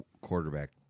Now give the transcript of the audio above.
quarterback